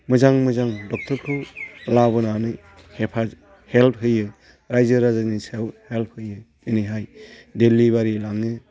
मोजां मोजां डक्ट'रखौ लाबोनानै हेफाजाब हेल्प होयो रायजो राजानि सायाव हेल्प होयो जेरैहाय डिलिभारि लाङो